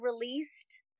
released